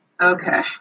Okay